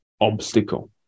obstacle